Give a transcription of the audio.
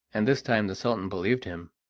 and this time the sultan believed him,